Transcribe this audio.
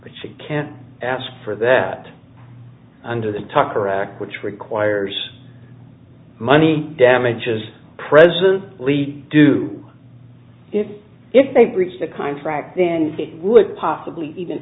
but she can't ask for that under the tucker act which requires money damages present lead do it if they breached the contract then it would possibly even